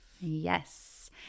Yes